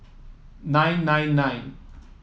nine nine nine